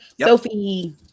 Sophie